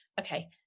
Okay